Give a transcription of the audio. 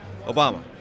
Obama